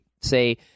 say